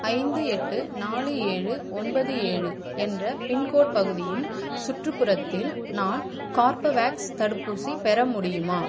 ஐந்து எட்டு நாலு ஏழு ஒன்பது ஏழு என்ற பின்கோட் பகுதியின் சுற்றுப்புறத்தில் நான் கார்பவேக்ஸ் தடுப்பூசி பெற முடியுமா